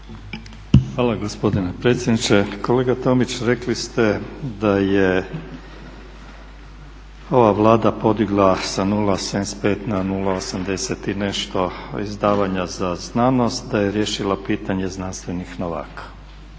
Hvala gospodine predsjedniče. Kolega Tomić rekli ste da je ova Vlada podigla sa 0,75 na 0,80 i nešto izdavanja za znanost, da je riješila pitanje znanstvenih novaka.